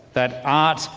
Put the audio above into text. that art,